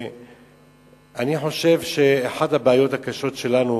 אני חושב שאחת הבעיות הקשות שלנו